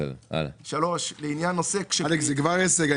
אלכס, זה כבר הישג.